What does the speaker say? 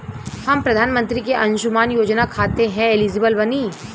हम प्रधानमंत्री के अंशुमान योजना खाते हैं एलिजिबल बनी?